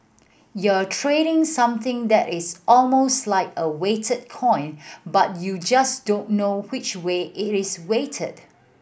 you're trading something that is almost like a weighted coin but you just don't know which way it is weighted